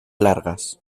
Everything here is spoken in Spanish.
largas